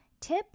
tip